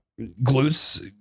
glutes